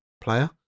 player